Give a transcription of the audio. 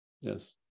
Yes